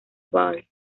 ball